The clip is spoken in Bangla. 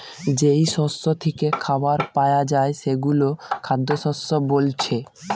যেই শস্য থিকে খাবার পায়া যায় সেগুলো খাদ্যশস্য বোলছে